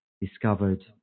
discovered